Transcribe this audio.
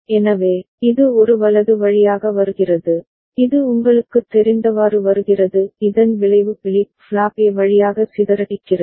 எனவே இது ஒரு வலது வழியாக வருகிறது இது உங்களுக்குத் தெரிந்தவாறு வருகிறது இதன் விளைவு பிளிப் ஃப்ளாப் A வழியாக சிதறடிக்கிறது